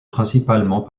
principalement